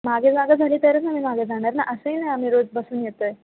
मागे जागा झाली तरच आम्ही मागे जाणार ना असंही नाही आम्ही रोज बसून येतो आहे